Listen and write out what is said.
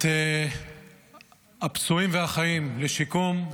את הפצועים והחיים לשיקום,